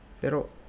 pero